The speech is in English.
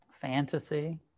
fantasy